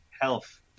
health